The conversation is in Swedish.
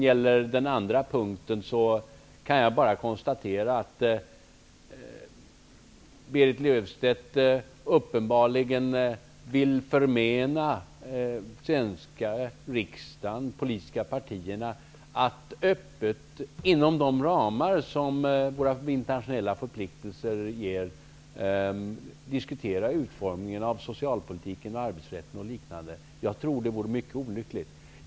För det andra vill jag bara konstatera att Berit Löfstedt uppenbarligen vill förmena den svenska riksdagen och de politiska partierna att öppet, inom de ramar som våra internationella förpliktelser sätter, diskutera utformningen av socialpolitiken, arbetsrätten och liknande.